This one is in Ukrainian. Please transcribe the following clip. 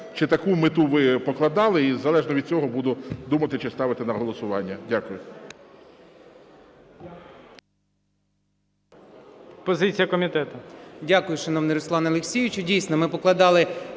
Чи таку мету ви покладали? І залежно від цього буду думати, чи ставити на голосування. Дякую.